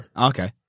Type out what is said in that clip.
Okay